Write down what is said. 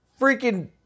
freaking